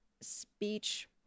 speech